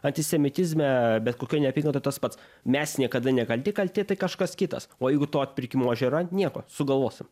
antisemitizme bet kokia neapykanta tas pats mes niekada nekalti kalti tai kažkas kitas o jeigu to atpirkimo ožio yra nieko sugalvosim